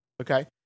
Okay